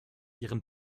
ihren